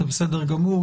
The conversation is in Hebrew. בסדר גמור,